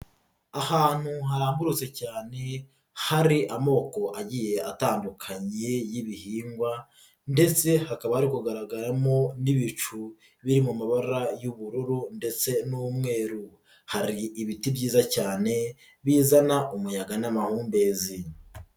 Ahantu harambutse cyane hari amoko agiye atandukanye y'ibihingwa ndetse hakaba ari kugaragaramo n'ibicu biri mu mabara y'ubururu ndetse n'umweru, hari ibiti byiza cyane bizana umuyaga n'amahumbezi.